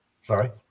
Sorry